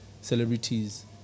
celebrities